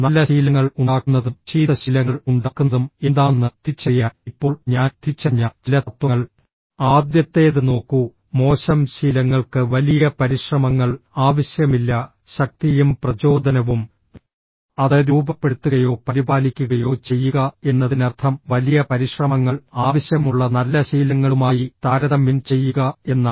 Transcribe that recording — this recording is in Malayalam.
നല്ല ശീലങ്ങൾ ഉണ്ടാക്കുന്നതും ചീത്ത ശീലങ്ങൾ ഉണ്ടാക്കുന്നതും എന്താണെന്ന് തിരിച്ചറിയാൻ ഇപ്പോൾ ഞാൻ തിരിച്ചറിഞ്ഞ ചില തത്വങ്ങൾ ആദ്യത്തേത് നോക്കൂ മോശം ശീലങ്ങൾക്ക് വലിയ പരിശ്രമങ്ങൾ ആവശ്യമില്ല ശക്തിയും പ്രചോദനവും അത് രൂപപ്പെടുത്തുകയോ പരിപാലിക്കുകയോ ചെയ്യുക എന്നതിനർത്ഥം വലിയ പരിശ്രമങ്ങൾ ആവശ്യമുള്ള നല്ല ശീലങ്ങളുമായി താരതമ്യം ചെയ്യുക എന്നാണ്